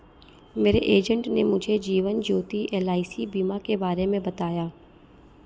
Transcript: मेरे एजेंट ने मुझे जीवन ज्योति एल.आई.सी बीमा के बारे में बताया